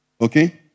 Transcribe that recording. okay